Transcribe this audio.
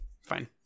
fine